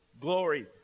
glory